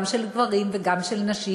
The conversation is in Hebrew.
גם של גברים וגם של נשים,